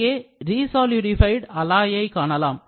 இங்கே resolidified alloy யை காணலாம்